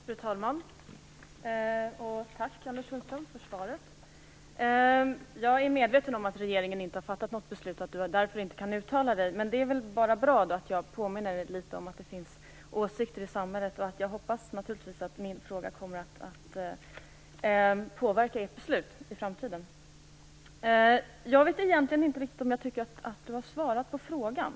Fru talman! Jag tackar Anders Sundström för svaret. Jag är medveten om att regeringen inte har fattat något beslut och att Anders Sundström därför inte kan uttala sig. Då är det väl bara bra att jag påminner om att det finns åsikter i samhället. Jag hoppas naturligtvis att min fråga kommer att påverka ert beslut i framtiden. Jag vet egentligen inte om jag tycker att Anders Sundström har svarat på frågan.